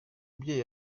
mubyeyi